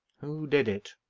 who did it?